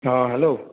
অঁ হেল্ল'